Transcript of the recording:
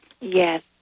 Yes